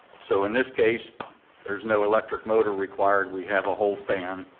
so in this case there's no electric motor required, we have a whole fan,